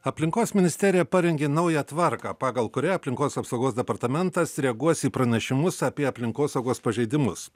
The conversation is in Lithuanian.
aplinkos ministerija parengė naują tvarką pagal kurią aplinkos apsaugos departamentas reaguos į pranašimus apie aplinkosaugos pažeidimus